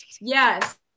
yes